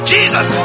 Jesus